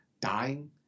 dying